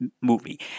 movie